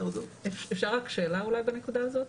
אפשר רק שאלה אולי בנקודה הזאת?